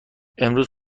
امروز